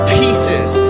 pieces